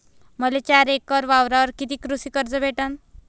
मले चार एकर वावरावर कितीक कृषी कर्ज भेटन?